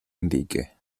indique